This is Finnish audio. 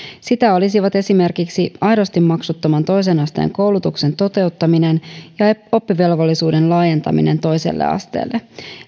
sitä olisivat esimerkiksi aidosti maksuttoman toisen asteen koulutuksen toteuttaminen ja oppivelvollisuuden laajentaminen toiselle aseteelle